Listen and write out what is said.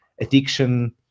addiction